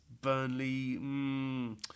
Burnley